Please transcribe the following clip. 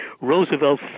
Roosevelt